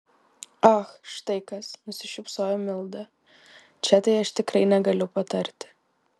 ach štai kas nusišypsojo milda čia tai aš tikrai negaliu patarti